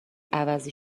عوضی